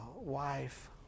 wife